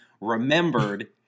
remembered